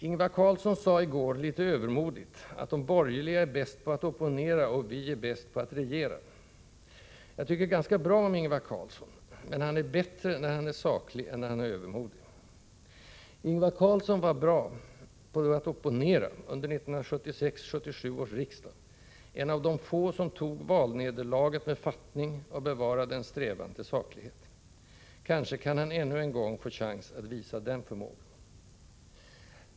Ingvar Carlsson sade i går litet övermodigt: ”De borgerliga är bäst på att opponera, och vi är bäst på att regera.” Jag tycker ganska bra om Ingvar Carlsson, men han är bättre när han är saklig än när han är övermodig. Ingvar Carlsson var bra på att opponera under 1976/77 års riksdag. Han var en av de få som tog valnederlaget med fattning och som bevarade en strävan till saklighet. Kanske kan han ännu en gång få chansen att visa den förmågan.